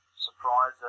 Surprise